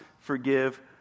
forgive